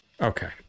Okay